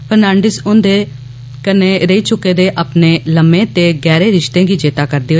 Fernandez हुन्दे कन्नै रेई चुके दे अपने लम्में ते गेहरे रिष्ते गी चेता करदे होई